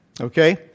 okay